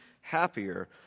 happier